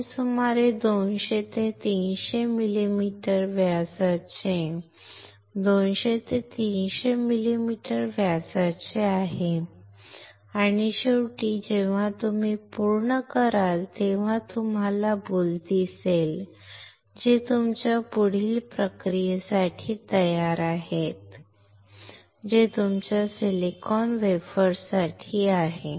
हे सुमारे 200 ते 300 मिलीमीटर व्यासाचे 200 ते 300 मिलीमीटर व्यासाचे आहे आणि शेवटी जेव्हा तुम्ही पूर्ण कराल तेव्हा तुम्हाला बुल दिसेल जे तुमच्या पुढील प्रक्रियेसाठी तयार आहे ते तुमच्या सिलिकॉन वेफर्ससाठी आहे